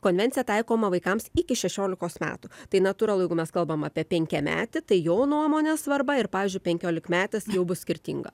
konvencija taikoma vaikams iki šešiolikos metų tai natūralu jeigu mes kalbam apie penkiametį tai jo nuomonės svarba ir pavyzdžiui penkiolikmetis jau bus skirtinga